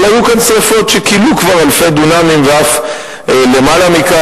אבל היו כאן שרפות שכילו כבר אלפי דונמים ואף למעלה מכך.